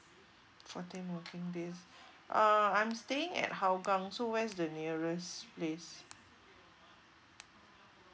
fourteen working days uh I'm staying at hougang so where's the nearest place